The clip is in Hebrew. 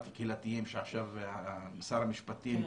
קהילתיים שעכשיו שר המשפטים --- כן,